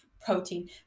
protein